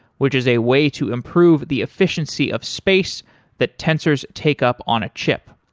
which is a way to improve the efficiency of space that tensors take up on a chip.